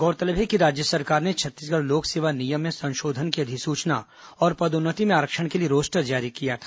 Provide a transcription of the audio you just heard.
गौरतलब है कि राज्य सरकार ने छत्तीसगढ़ लोक सेवा नियम में संशोधन की अधिसूचना और पदोन्नति में आरक्षण के लिए रोस्टर जारी किया था